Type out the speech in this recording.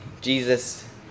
Jesus